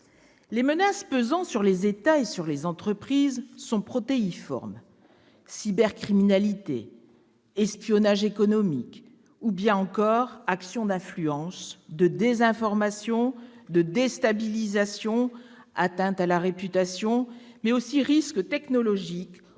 Les menaces pesant sur les États et sur les entreprises sont protéiformes : cybercriminalité, espionnage économique, ou bien encore actions d'influence, de désinformation, de déstabilisation, atteinte à la réputation, mais aussi risques technologiques,